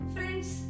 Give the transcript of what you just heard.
Friends